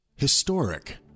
Historic